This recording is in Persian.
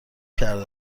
کرده